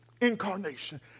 Incarnation